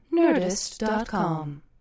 nerdist.com